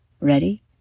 Ready